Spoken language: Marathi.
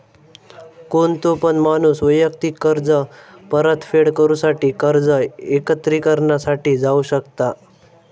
कोणतो पण माणूस वैयक्तिक कर्ज परतफेड करूसाठी कर्ज एकत्रिकरणा साठी जाऊ शकता